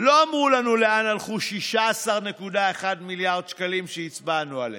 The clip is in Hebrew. לא אמרו לנו לאן הלכו 16.1 מיליארד שקלים שהצבענו עליהם,